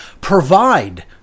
provide